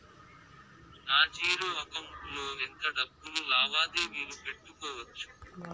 నా zero account లో ఎంత డబ్బులు లావాదేవీలు పెట్టుకోవచ్చు?